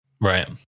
Right